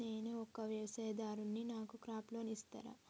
నేను ఒక వ్యవసాయదారుడిని నాకు క్రాప్ లోన్ ఇస్తారా?